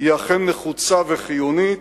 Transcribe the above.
היא אכן נחוצה וחיונית,